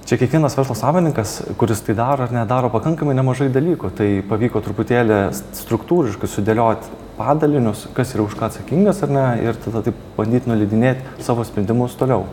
čia kiekvienas verslo savininkas kuris tai daro ar ne daro pakankamai nemažai dalykų tai pavyko truputėlį struktūriškai sudėliot padalinius kas yra už ką atsakingas ar ne ir tada taip bandyt nuleidinėt savo sprendimus toliau